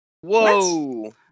Whoa